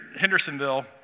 Hendersonville